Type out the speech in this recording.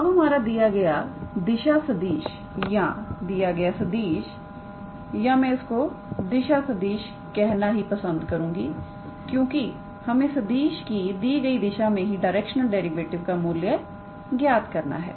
अबहमारा दिया गया दिशा सदिश या दिया गया सदिश या मैं इसको दिशा सदिश कहना ही पसंद करुंगा क्योंकि हमें सदिश की दी गई दिशा में ही डायरेक्शनल डेरिवेटिव का मूल्य ज्ञात करना है